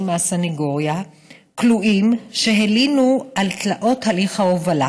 מהסנגוריה כלואים שהלינו על תלאות הליך ההובלה.